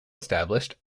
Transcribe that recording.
established